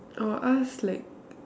or ask like